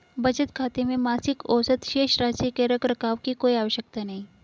बचत खाते में मासिक औसत शेष राशि के रख रखाव की कोई आवश्यकता नहीं